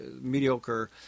mediocre